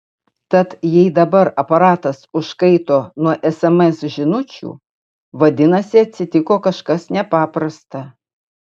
tad jei dabar aparatas užkaito nuo sms žinučių vadinasi atsitiko kažkas nepaprasta